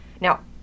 Now